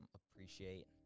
appreciate